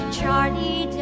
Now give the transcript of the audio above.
Charlie